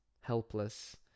helpless